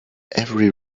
every